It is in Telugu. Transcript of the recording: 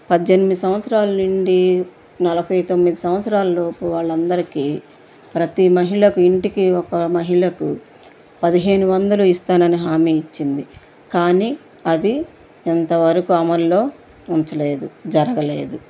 పద్దెనిమిది సంవత్సరాల నుండి నలభై తొమ్మిది సంవత్సరాలు లోపు వాళ్ళందరికీ ప్రతి మహిళకి ఇంటికి ఒక మహిళకు పదిహేను వందలు ఇస్తానని హామీ ఇచ్చింది కానీ అది ఇంతవరకు అమల్లో ఉంచలేదు జరగలేదు